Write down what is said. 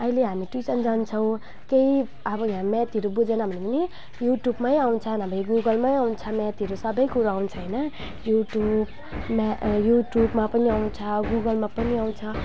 अहिले हामी ट्युसन जान्छौँ केही अब यहाँ म्याथहरू बुझेन भने पनि युट्युबमै आउँछ नभए गुगलमै आउँछ म्याथतिर सबैकुरो आउँछ होइन युट्युब म्या युट्युबमा पनि आउँछ गुगलमा पनि आउँछ